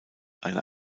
einer